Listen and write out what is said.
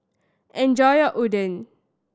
enjoy your Oden